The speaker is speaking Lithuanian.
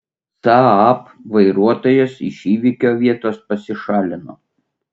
saab vairuotojas iš įvykio vietos pasišalino